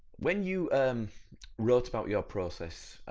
when you wrote about your process,